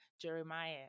Jeremiah